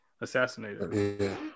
Assassinated